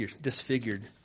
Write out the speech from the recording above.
disfigured